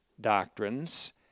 doctrines